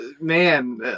Man